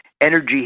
energy